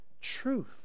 Truth